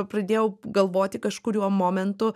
pradėjau galvoti kažkuriuo momentu